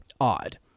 odd